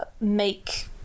make